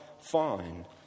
fine